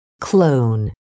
Clone